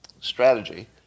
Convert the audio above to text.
strategy